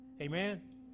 Amen